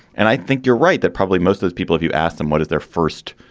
and i think you're right that probably most of the people, if you ask them what is their first